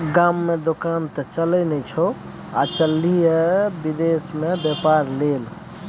गाममे दोकान त चलय नै छौ आ चललही ये विदेश मे बेपार लेल